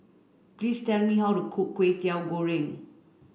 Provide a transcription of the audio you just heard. please tell me how to cook Kwetiau Goreng